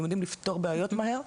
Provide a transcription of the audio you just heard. הם יודעים לפתור בעיות מהר.